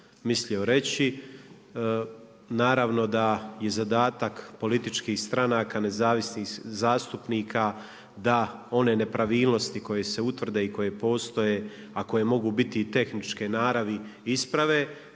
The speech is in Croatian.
mislio reći. Naravno da je zadatak političkih stranaka nezavisnih zastupnika da one nepravilnosti koje se utvrde i koje postoje, a koje mogu biti i tehničke naravi isprave